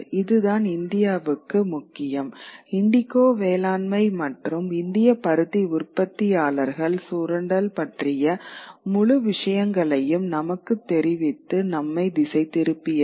இதுதான் இந்தியாவுக்கு முக்கியம் இண்டிகோ வேளாண்மை மற்றும் இந்திய பருத்தி உற்பத்தியாளர்கள் சுரண்டல் பற்றிய முழு விஷயங்களையும் நமக்குத் தெரிவித்து நம்மை திசை திருப்பியது